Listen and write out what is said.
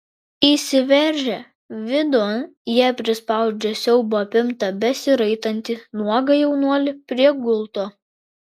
įsiveržę vidun jie prispaudžia siaubo apimtą besiraitantį nuogą jaunuolį prie gulto